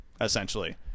essentially